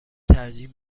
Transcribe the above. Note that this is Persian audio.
ترجیح